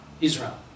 Israel